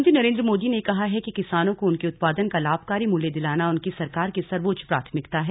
प्रधानमंत्री नरेन्द्र मोदी ने कहा है कि किसानों को उनके उत्पादन का लाभकारी मूल्य दिलाना उनकी सरकार की सर्वोच्च प्राथमिकता है